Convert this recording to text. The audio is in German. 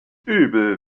übel